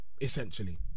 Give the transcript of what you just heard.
Essentially